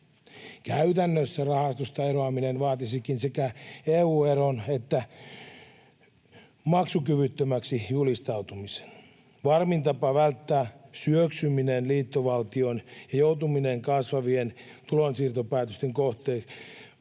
Käytännössä rahastosta eroaminen vaatisikin sekä EU-eron että maksukyvyttömäksi julistautumisen. Varmin tapa välttää syöksyminen liittovaltioon ja joutuminen kasvavien tulonsiirtopäätösten kohteeksi